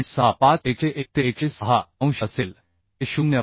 65 101 ते 106 अंश असेल ते 0